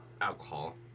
alcohol